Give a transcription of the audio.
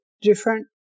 different